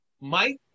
Mike